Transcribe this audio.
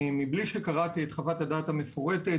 בלי שקראתי את חוות הדעת המפורטת,